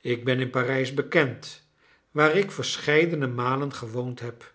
ik ben in parijs bekend waar ik verscheidene malen gewoond heb